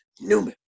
Newman